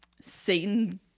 Satan